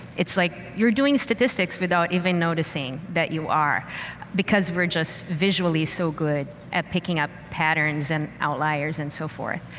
like you're doing statistics without even noticing that you are because we're just visually so good at picking up patterns and outliers and so forth.